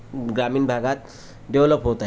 ग्रामीण भागात डेव्हलप होत आहे